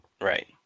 Right